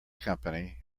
company